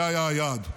זה היה היעד.